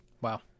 Wow